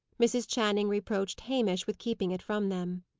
mrs. channing reproached hamish with keeping it from them.